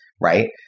right